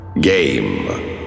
game